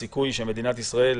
הסיכוי שמדינת ישראל,